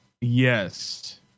Yes